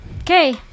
Okay